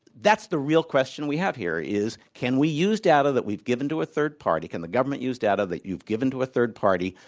that's the real question we have here, is, can we use data that we've given to a third party, can the government use data that you've given to a third party,